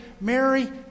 Mary